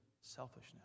Selfishness